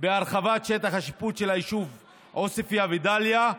בהרחבת שטח השיפוט של היישובים עוספיא ודאליה.